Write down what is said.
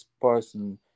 person